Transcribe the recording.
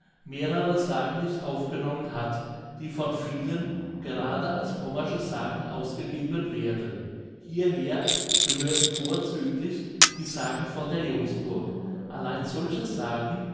mehrere sagen nicht aufgenommen hat die von vielen gerade als pommersche sagen ausgegeben werden hierher gehörten vorzüglich die sagen von der jomsburg allein solche sagen